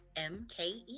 mke